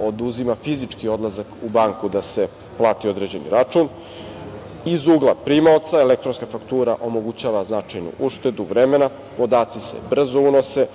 oduzima fizički odlazak u banku da se plati određeni račun. Iz ugla primaoca, elektronska faktura omogućava značajnu uštedu vremena, podaci se brzo unose,